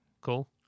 Cool